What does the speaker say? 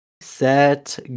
set